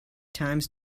times